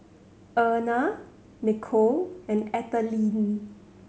Erna Nicolle and Ethelene